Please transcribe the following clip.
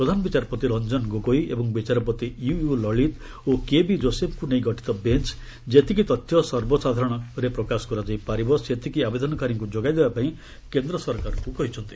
ପ୍ରଧାନ ବିଚାରପତି ରଞ୍ଜନ ଗୋଗୋଇ ଏବଂ ବିଚାରପତି ୟୁୟୁ ଲଳିତ ଓ କେ ବି ଜୋଶେଫ୍ଙ୍କୁ ନେଇ ଗଠିତ ବେଞ୍ ଯେତିକି ତଥ୍ୟ ସର୍ବସାଧାରଣରେ ପ୍ରକାଶ କରାଯାଇପାରିବ ସେତିକି ଆବେଦନକାରୀଙ୍କ ଯୋଗାଇ ଦେବାପାଇଁ କେନ୍ଦ୍ର ସରକାରଙ୍କ କହିଛନ୍ତି